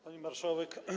Pani Marszałek!